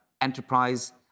enterprise